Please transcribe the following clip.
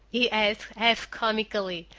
he asked half comically,